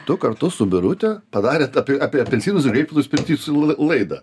tu kartu su birute padarėt apie apie apelsinus ir kaip jūs pirty su laida